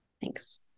thanks